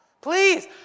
Please